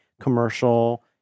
commercial